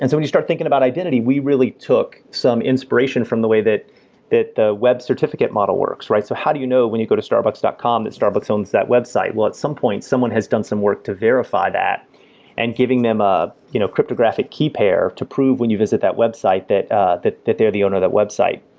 and when you start thinking about identity, we really took some inspiration from the way that that web certificate model works, right. so how do you know when you go to starbucks dot com that starbucks owns that website? well, at some point someone has done some work to verify that and giving them a you know cryptographic key pair to prove when you visit that website that ah that they're the owner that website